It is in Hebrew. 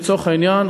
לצורך העניין,